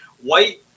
White